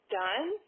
done